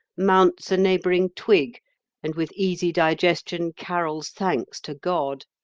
mounts a neighbouring twig and with easy digestion carols thanks to god?